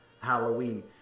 Halloween